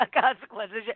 consequences